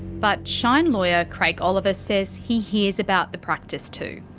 but shine lawyer, craig oliver says he hears about the practice too.